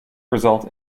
result